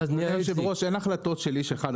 אדוני היושב-ראש, אין החלטות של איש אחד.